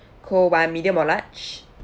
cold [one] medium or large